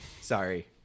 Sorry